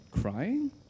crying